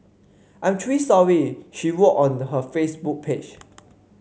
I'm truly sorry she wrote on the her Facebook page